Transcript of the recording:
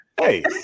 hey